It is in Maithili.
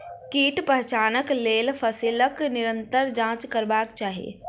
कीट पहचानक लेल फसीलक निरंतर जांच करबाक चाही